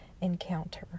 encounter